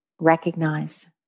recognize